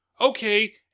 Okay